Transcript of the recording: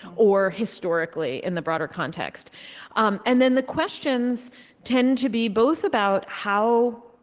or historically, in the broader context um and then the questions tend to be both about how,